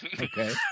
okay